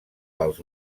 pels